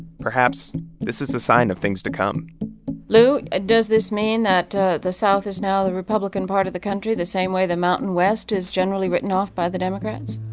perhaps this is a sign of things to come lou, does this mean that the south is now the republican part of the country, the same way the mountain west is generally written off by the democrats?